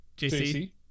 JC